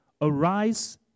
Arise